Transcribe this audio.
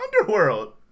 Underworld